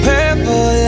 Purple